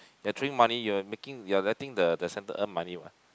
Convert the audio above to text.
they are throwing money you are making you are letting the the center earn money what